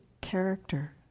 character